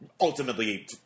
ultimately